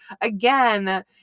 again